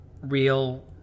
real